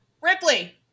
Ripley